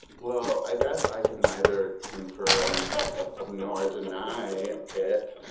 well, i guess i can neither confirm nor deny it.